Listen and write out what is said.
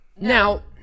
now